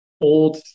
old